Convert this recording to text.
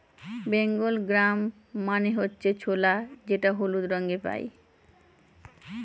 Bengal gram মানে হচ্ছে ছোলা যেটা হলুদ রঙে পাই